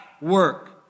work